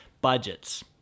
Budgets